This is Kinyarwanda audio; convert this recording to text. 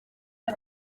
iri